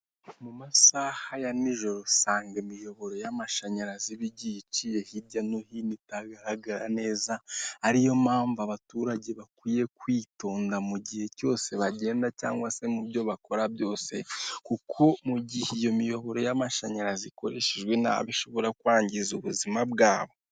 Interebuteri ifatanye n'agatiyo gafashe nk'insinga bihuzwa n'agansinga hari agatsiga k'umukara n'akandi tubiri tw'ubururu biri ku gikuta cya karabasasu hejuru hari amabati, izo eterebuteri ni eshatu.